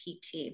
PT